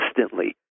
instantly